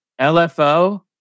LFO